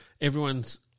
everyone's